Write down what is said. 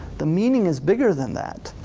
the meaning is bigger than that.